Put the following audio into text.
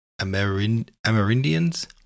Amerindians